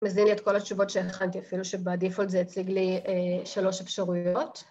מזין לי את כל התשובות שהכנתי, אפילו שבדיפולט זה הציג לי שלוש אפשרויות.